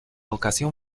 ocasión